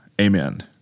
Amen